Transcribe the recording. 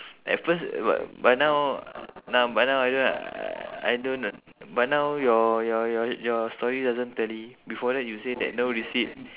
at first but by now now by now already right I don't by now your your your your story doesn't tally before that you say that no receipt